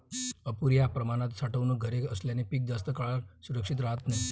अपुर्या प्रमाणात साठवणूक घरे असल्याने पीक जास्त काळ सुरक्षित राहत नाही